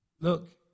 Look